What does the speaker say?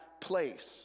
place